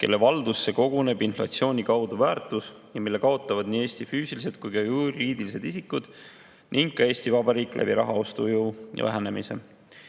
kelle valdusesse koguneb inflatsiooni kaudu väärtus, mille kaotavad nii Eesti füüsilised kui ka juriidilised isikud ning ka Eesti Vabariik läbi raha ostujõu vähenemise?"